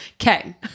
Okay